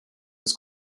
was